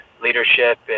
leadership